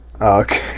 Okay